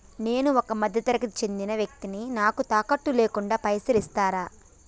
నేను ఒక మధ్య తరగతి కి చెందిన వ్యక్తిని నాకు తాకట్టు లేకుండా పైసలు ఇస్తరా?